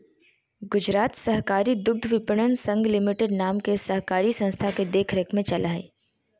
गुजरात सहकारी दुग्धविपणन संघ लिमिटेड नाम के सहकारी संस्था के देख रेख में चला हइ